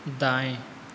दाएं